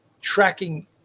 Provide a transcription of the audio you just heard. Tracking